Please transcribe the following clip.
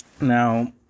now